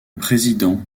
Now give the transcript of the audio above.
président